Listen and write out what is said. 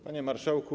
Panie Marszałku!